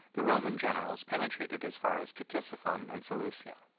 the roman generals penetrated as far as ctesiphon and seleucia.